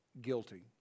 guilty